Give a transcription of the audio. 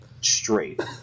straight